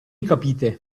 capite